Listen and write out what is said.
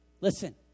Listen